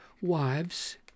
wives